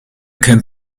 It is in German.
kennt